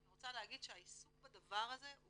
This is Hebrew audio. אני רוצה להגיד שהעיסוק בדבר הזה הוא